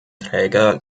träger